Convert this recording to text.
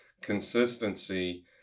Consistency